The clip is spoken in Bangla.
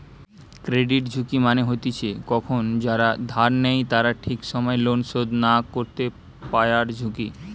ক্রেডিট ঝুঁকি মানে হতিছে কখন যারা ধার নেই তারা ঠিক সময় লোন শোধ না করতে পায়ারঝুঁকি